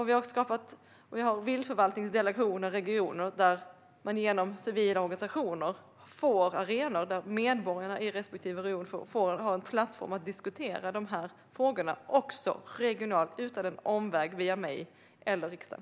Vi har också viltförvaltningsdelegationer som gör att medborgarna i respektive region genom civila organisationer får en plattform för att diskutera de här frågorna, också regionalt, utan en omväg via mig eller riksdagen.